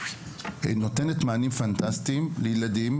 היא נותנת מענים פנטסטיים לילדים,